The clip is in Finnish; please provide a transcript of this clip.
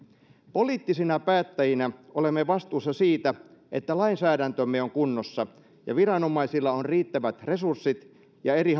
poliittisina päättäjinä olemme vastuussa siitä että lainsäädäntömme on kunnossa ja viranomaisilla on riittävät resurssit ja eri